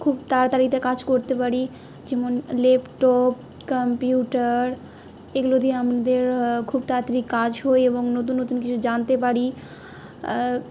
খুব তাড়াতাড়িতে কাজ করতে পারি যেমন ল্যাপটপ কম্পিউটার এগুলো দিয়ে আমাদের খুব তাড়াতাড়ি কাজ হয় এবং নতুন নতুন কিছু জানতে পারি